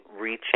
reaching